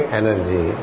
energy